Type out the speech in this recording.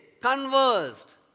conversed